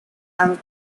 and